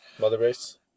motherbase